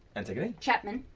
antigone. chapman.